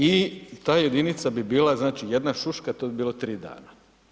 I ta jedinica bi bila znači jedna šuška, to bi bilo 3 dana.